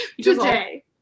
Today